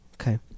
Okay